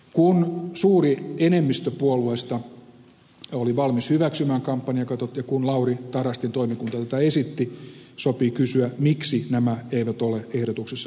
kun suuri enemmistö puolueista oli valmis hyväksymään kampanjakatot ja kun lauri tarastin toimikunta tätä esitti sopii kysyä miksi nämä eivät ole ehdotuksessa mukana